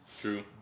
True